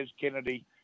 Kennedy